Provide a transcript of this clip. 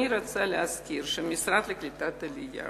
אני רוצה להזכיר שהמשרד לקליטת העלייה